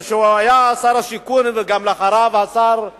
כשהוא היה שר השיכון, ולאחריו השר בוים,